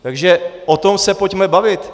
Takže o tom se pojďme bavit.